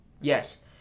Yes